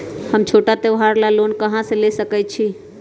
हम छोटा त्योहार ला लोन कहां से ले सकई छी?